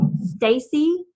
Stacy